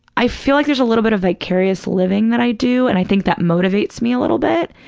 i feel like there's a little bit of vicarious living that i do, and i think that motivates me a little bit,